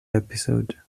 episode